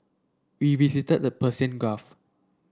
we visited the Persian Gulf